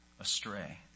astray